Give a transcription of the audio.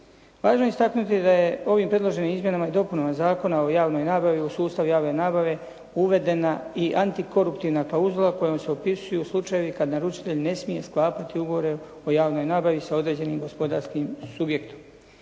Važno je istaknuti da je ovim predloženim izmjenama i dopunama Zakona o javnoj nabavi u sustavu javne nabave uvedena i antikoruptivna klauzula kojom se opisuju slučajevi kada naručitelj ne smije sklapati ugovore o javnoj nabavi sa određenim gospodarskim subjektom.